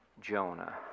Jonah